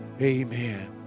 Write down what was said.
amen